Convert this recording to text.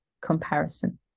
Comparison